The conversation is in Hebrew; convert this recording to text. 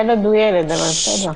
ילד הוא ילד, אבל בסדר.